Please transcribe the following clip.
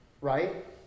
Right